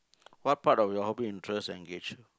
what part of your hobby interest engage you